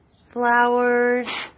flowers